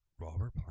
Robert